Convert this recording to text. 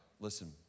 Listen